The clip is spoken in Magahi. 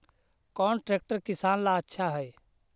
कौन ट्रैक्टर किसान ला आछा है?